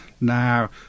Now